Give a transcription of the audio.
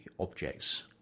object's